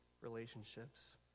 relationships